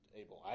able